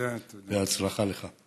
בהצלחה לך.